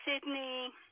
Sydney